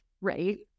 right